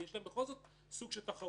כי יש להם בכל זאת סוג של תחרות.